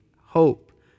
hope